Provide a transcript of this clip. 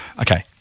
Okay